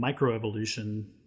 microevolution